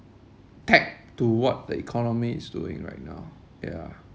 tagged to what the economy is doing right now yeah